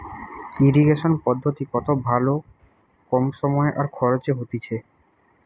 irrigation পদ্ধতি কত ভালো কম সময় আর খরচে হতিছে